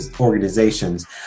organizations